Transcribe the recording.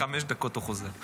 תוך חמש דקות הוא חוזר.